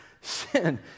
sin